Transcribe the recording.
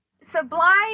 sublime